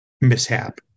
mishap